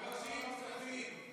מבקשים כספים.